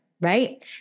Right